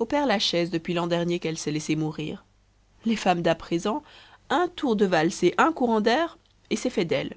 au père-lachaise depuis l'an dernier qu'elle s'est laissée mourir les femmes dà présent un tour de valse et un courant d'air et c'est fait d'elles